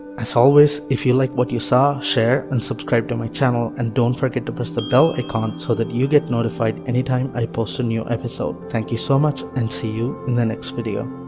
as always if you like what you saw, share and subscribe to my channel, and don't forget to press the bell icon, so that you get notified anytime i post a new episode. thank you so much and see you in the next video.